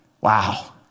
Wow